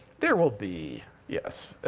there will be yes.